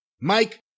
Mike